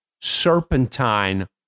Serpentine